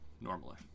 normally